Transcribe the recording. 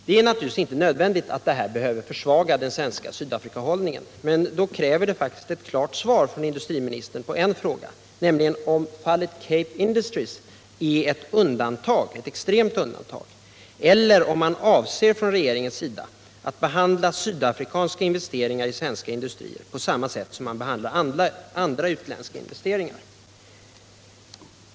Det behöver naturligtvis inte försvaga den svenska Sydafrikahållningen, men dock kräver det ett klart svar från industriministern på min fråga, nämligen om fallet Cape Industries är ett extremt undantag eller om regeringen avser att behandla sydafrikanska investeringar i svenska industrier på samma sätt som man behandlar andra utländska investeringar.